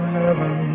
heaven